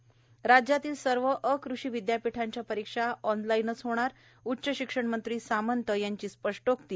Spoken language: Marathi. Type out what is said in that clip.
त राज्यातील सर्व अकृषी विदयापीठांच्या परीक्षा ऑनलाईनच होणार उच्च शिक्षण मंत्री सामंत यांची स्पष्टोक्ती